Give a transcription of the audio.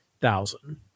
thousand